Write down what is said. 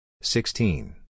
Sixteen